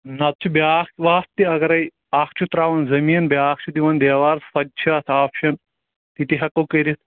نتہٕ چھُ بیٛاکھ وَتھ تہِ اَگرے اکھ چھُ ترٛاوان زٔمیٖن بیٛاکھ چھُ دِوان دیوار سۅ تہِ چھِ اتھ آپشیٚن تِتہٕ ہیٚکو کٔرِتھ